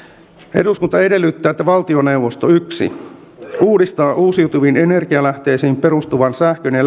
eduskunta edellyttää että valtioneuvosto yksi uudistaa uusiutuviin energialähteisiin perustuvan sähkön ja